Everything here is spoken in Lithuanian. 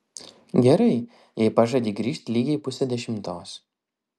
gerai jei pažadi grįžt lygiai pusę dešimtos